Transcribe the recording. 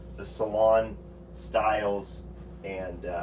the salon styles and